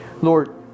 Lord